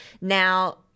Now